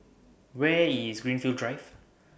Where IS Greenfield Drive